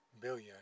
billion